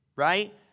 Right